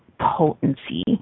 potency